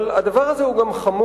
אבל הדבר הזה הוא גם חמור,